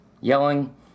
Yelling